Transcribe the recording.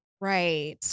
Right